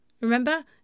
remember